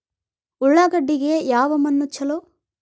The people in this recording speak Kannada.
ಉಳ್ಳಾಗಡ್ಡಿಗೆ ಯಾವ ಮಣ್ಣು ಛಲೋ?